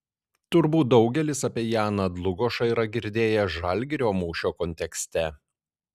turbūt daugelis apie janą dlugošą yra girdėję žalgirio mūšio kontekste